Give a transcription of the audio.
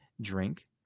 drink